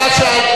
אתה שאלת,